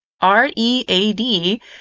r-e-a-d